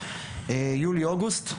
יולי-אוגוסט,